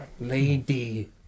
Lady